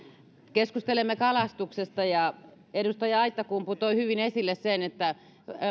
keskustelemme kalastuksesta ja edustaja aittakumpu toi hyvin esille sen että